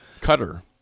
cutter